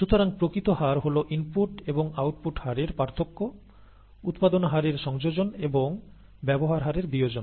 সুতরাং প্রকৃত হার হল ইনপুট এবং আউটপুট হারের পার্থক্য উৎপাদন হারের সংযোজন এবং ব্যবহার হারের বিয়োজন